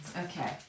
Okay